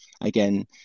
again